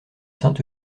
saint